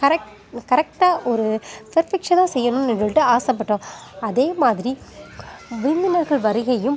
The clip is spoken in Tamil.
கரெக்ட் கரெக்ட்டாக ஒரு பர்ஃபக்க்ஷனாக செய்யணும் சொல்லிட்டு ஆசைப்பட்டோம் அதே மாதிரி விருந்தினர்கள் வருகையும்